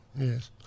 Yes